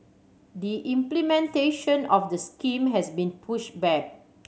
the implementation of the scheme has been push back